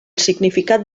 significat